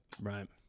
Right